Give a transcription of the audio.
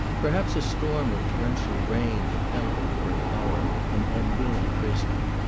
perhaps a storm of torrential rain had held him for an hour an unwilling prisoner.